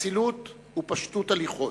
אצילות ופשטות הליכות.